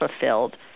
fulfilled